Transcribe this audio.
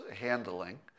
handling